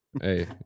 Hey